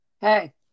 hey